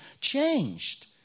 changed